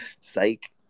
Psych